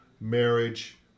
marriage